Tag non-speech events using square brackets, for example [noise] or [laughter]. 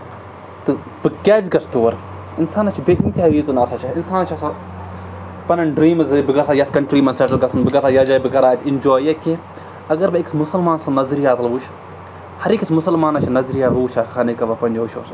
تہٕ بہٕ کیٛازِ گژھٕ تور اِنسانَس چھِ بیٚیہِ کۭتیٛاہ ریٖزَن آسان [unintelligible] اِنسانَس چھِ آسان پَنٕنۍ ڈرٛیٖم زِ بہٕ گژھٕ ہا یَتھ کَنٹرٛی منٛز سٮ۪ٹٕل گژھُن بہٕ گژھٕ ہا یَتھ جایہِ بہٕ کَرٕ ہا اَتہِ اِنجاے یا کینٛہہ اگر بہٕ أکِس مُسلمان سٕنٛز نَظریاتَن وٕچھِ ہَر أکِس مُسلمانَس چھِ نَظریہ بہٕ وٕچھان خانے کعبہ پنٛنٮ۪و أچھو سۭتۍ